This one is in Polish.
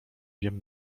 wiem